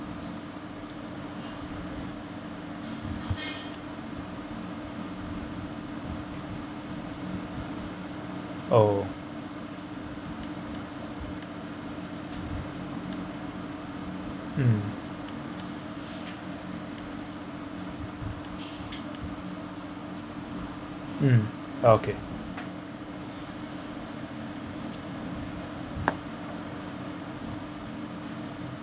oh mm mm okay